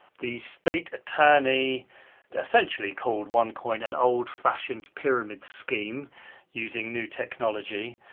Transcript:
the state attorney essentially called onecoin an old-fashioned pyramid scheme using new technology.